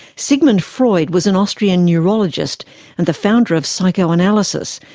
sigmund freud was an austrian neurologist and the founder of psychoanalysis,